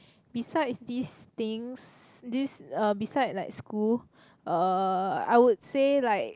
besides these things this uh beside like school uh I would say like